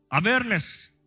awareness